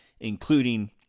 including